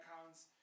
accounts